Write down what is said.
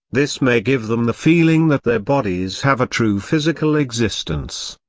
this may give them the feeling that their bodies have a true physical existence.